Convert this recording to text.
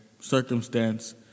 circumstance